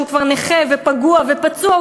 שהוא כבר נכה ופגוע ופצוע,